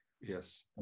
Yes